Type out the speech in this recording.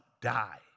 die